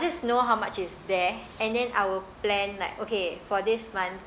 just know how much is there and then I will plan like okay for this month